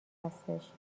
هستش